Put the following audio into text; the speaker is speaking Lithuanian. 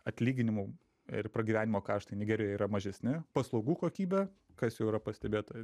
atlyginimų ir pragyvenimo kaštai nigerijoj yra mažesni paslaugų kokybė kas jau yra pastebėta